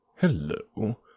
Hello